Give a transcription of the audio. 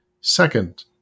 second